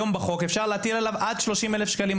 היום בחוק אפשר להטיל עליו עד 30,000 שקלים.